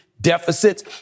deficits